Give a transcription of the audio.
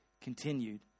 continued